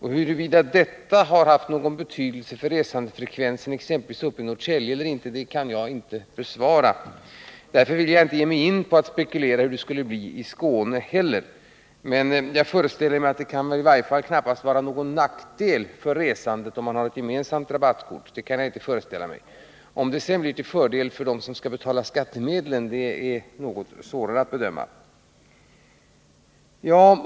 Huruvida detta har haft någon betydelse för resandefrekvensen exempelvis i Norrtälje kan jag inte svara på. Därför vill jag inte heller ge mig in på att spekulera i hur det skulle bli i Skåne. Men jag föreställer mig i varje fall att det knappast kan vara till någon nackdel för resandet om man har ett gemensamt rabattkort. Om det blir till fördel för dem som skall betala via skattsedeln är något svårare att bedöma.